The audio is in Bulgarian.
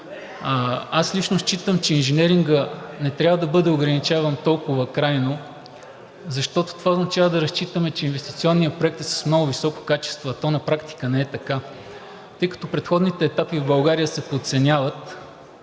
Аз лично считам, че инженерингът не трябва да бъде ограничаван толкова крайно, защото това означава да разчитаме, че инвестиционният проект е с много високо качество, а то на практика не е така. Тъй като предходните етапи в България се подценяват,